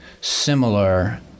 similar